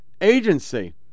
agency